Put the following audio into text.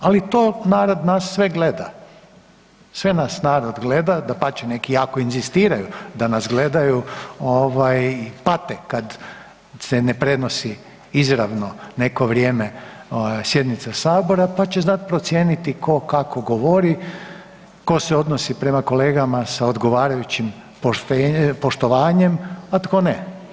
Ali to narod nas sve gleda, sve nas narod gleda, dapače neki jako inzistiraju da nas gledaju ovaj pate kad se ne prenosi izravno neko vrijeme sjednica sabora, pa će znati procijeniti tko kako govori, tko se odnosi prema kolegama sa odgovarajućim poštovanje, a tko ne.